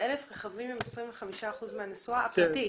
300,000 רכבים הם 25 אחוזים מהנסועה הפרטית.